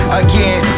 again